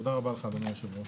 תודה רבה לך, אדוני היושב-ראש.